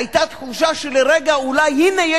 היתה תחושה לרגע שאולי הנה,